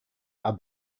are